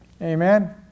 Amen